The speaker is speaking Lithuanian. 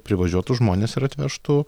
privažiuotų žmonės ir atvežtų